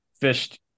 fished